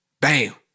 bam